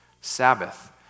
Sabbath